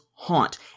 haunt